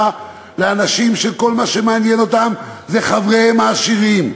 לאנשים שכל מה שמעניין אותם זה חבריהם העשירים,